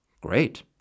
Great